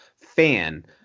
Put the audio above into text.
fan